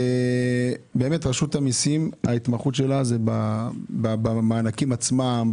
ההתמחות של רשות המיסים היא במענקים עצמם,